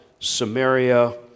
Samaria